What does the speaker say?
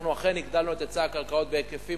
אנחנו אכן הגדלנו את היצע הקרקעות בהיקפים